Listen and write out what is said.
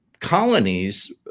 colonies